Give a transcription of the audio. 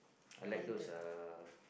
I like those uh